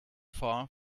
far